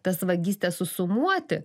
tas vagystes susumuoti